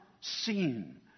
seen